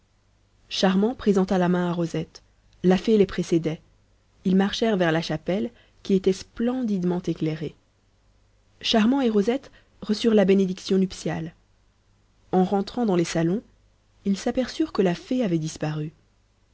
charmant présenta la main à rosette la fée les précédait ils marchèrent vers la chapelle qui était splendidement éclairée charmant et rosette reçurent la bénédiction nuptiale en rentrant dans les salons ils s'aperçurent que la fée avait disparu